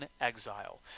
exile